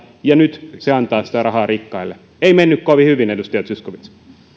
ja nyt se antaa sitä rahaa rikkaille ei mennyt kovin hyvin